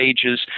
Ages